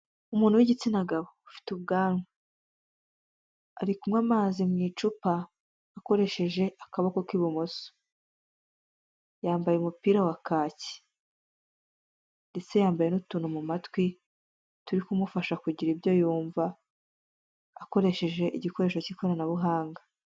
Umuntu w'igitsina gabo ufite ubwanwa. Ari kunywa amazi mu icupa akoresheje akaboko k'ibumoso. Yambaye umupira wa kaki ndetse yambaye n'utuntu mu matwi, turi kumufasha kugira ibyo yumva, akoresheje igikoresho k'ikoranabuhanga.